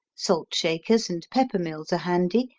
salt shakers and pepper mills are handy,